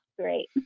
Great